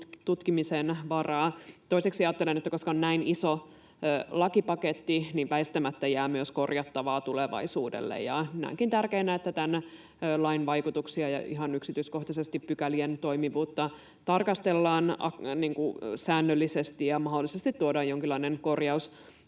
tutkimisen varaa. Toiseksi ajattelen, että koska on näin iso lakipaketti, niin väistämättä jää myös korjattavaa tulevaisuudelle, ja näenkin tärkeänä, että tämän lain vaikutuksia ja ihan yksityiskohtaisesti pykälien toimivuutta tarkastellaan säännöllisesti ja mahdollisesti tuodaan jonkinlainen